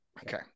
Okay